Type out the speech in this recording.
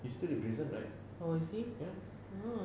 he still in prison right ya